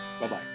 Bye-bye